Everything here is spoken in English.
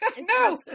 No